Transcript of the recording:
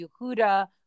Yehuda